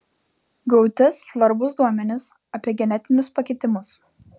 gauti svarbūs duomenys apie genetinius pakitimus